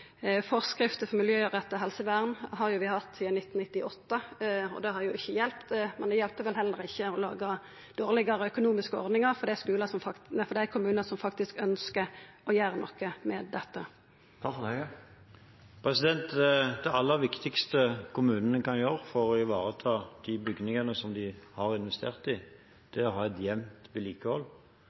Forskrifta om miljøretta helsevern har vi hatt sidan 1998, og det har ikkje hjelpt. Men det hjelper vel heller ikkje å laga dårlegare økonomiske ordningar for dei kommunane som faktisk ønskjer å gjera noko med dette. Det aller viktigste kommunene kan gjøre for å ivareta de bygningene som de har investert i, er å ha